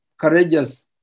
Courageous